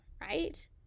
right